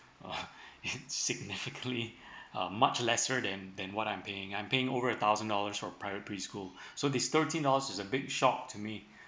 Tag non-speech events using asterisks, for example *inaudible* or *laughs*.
uh *laughs* it significantly um much lesser than than what I'm paying I'm paying over thousand dollars for private preschool so this thirteen dollars is a big shocked to me